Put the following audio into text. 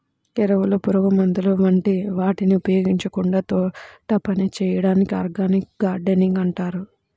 ఎరువులు, పురుగుమందుల వంటి వాటిని ఉపయోగించకుండా తోటపని చేయడాన్ని ఆర్గానిక్ గార్డెనింగ్ అంటారు